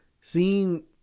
seeing